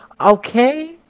okay